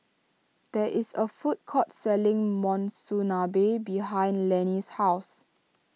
there is a food court selling Monsunabe behind Lennie's house